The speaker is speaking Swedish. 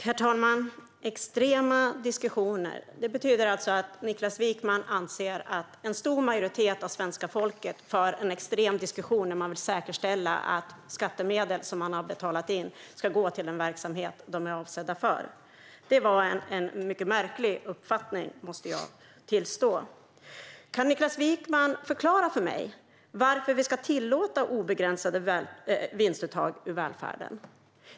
Herr talman! Extrema diskussioner - det betyder alltså att Niklas Wykman anser att en stor majoritet av svenska folket för en extrem diskussion när man vill säkerställa att de skattemedel som man har betalat in går till den verksamhet som de är avsedda för. Det var en mycket märklig uppfattning, måste jag säga. Kan Niklas Wykman förklara för mig varför vi ska tillåta obegränsade vinstuttag ur välfärden?